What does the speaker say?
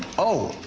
oh!